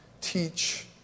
Teach